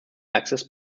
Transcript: access